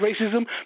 racism